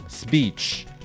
speech